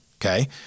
okay